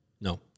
No